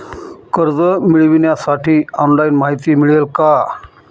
कर्ज मिळविण्यासाठी ऑनलाइन माहिती मिळेल का?